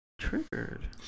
Triggered